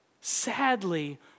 Sadly